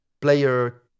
player